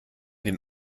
den